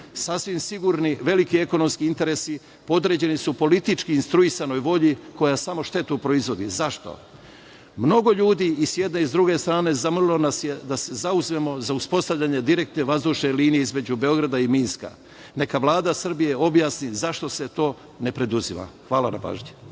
Sasvim sigurni veliki ekonomski interesi podređeni su politički instruisanoj volji koja samo štetu proizvodi. Zašto? Mnogo ljudi i sa jedne i sa druge strane zamolilo nas je da se zauzmemo za uspostavljanje direktne vazdušne linije između Beograda i Minska. Neka Vlada Srbije objasni zašto se to ne preduzima. Hvala na pažnji.